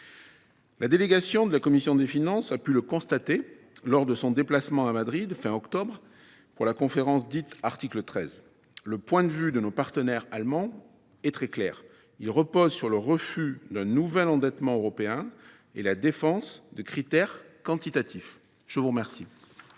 La délégation de la commission des finances a pu le constater lors de son déplacement à Madrid fin octobre pour la conférence dite « article 13 », le point de vue de nos partenaires allemands est très clair : il repose sur le refus d’un nouvel endettement européen et la défense de critères quantitatifs. La parole